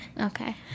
Okay